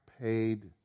paid